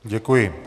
Děkuji.